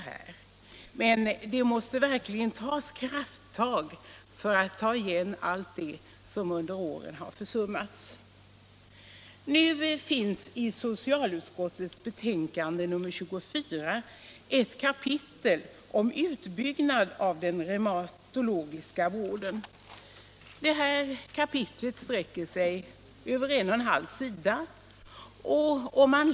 Det krävs emellertid verkliga krafttag för att man skall kunna ta igen allt det som under årens lopp försummats. I socialutskottets betänkande nr 24 finns det ett avsnitt om utbyggnad av den reumatologiska vården. Avsnittet sträcker sig över en och en halv sida.